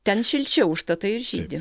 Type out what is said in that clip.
ten šilčiau užtatai ir žydi